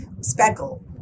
speckle